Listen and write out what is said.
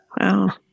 Wow